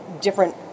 different